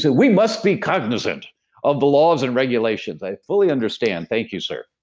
so we must be cognizant of the laws and regulations. i fully understand, thank you, sir.